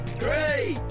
three